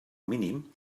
mínim